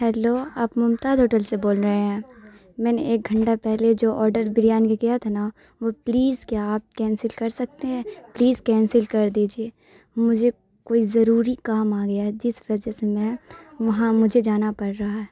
hello آپ Mumtaz hotel سے بول رہے ہیں میں نے ایک گھنٹہ پہلے جو آرڈر بریانی کا کیا تھا نا تو وہ پلیز کیا آپ کینسل کر سکتے ہیں پلیز کینسل کر دیجیے مجھے کچھ ضروری کام آگیا ہے جس وجہ سے میں وہاں مجھے جانا پڑ رہا ہے